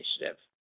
initiative